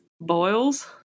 boils